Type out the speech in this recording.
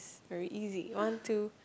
very easy one two